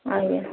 ଆଜ୍ଞା